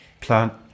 plant